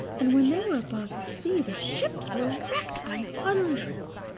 and when they were above the sea the ships were wrecked by hundreds.